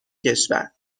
کشور